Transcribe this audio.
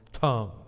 tongue